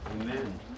Amen